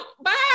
bye